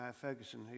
Ferguson